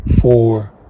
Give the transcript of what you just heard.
four